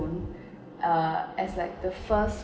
uh as like the first